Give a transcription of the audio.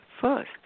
first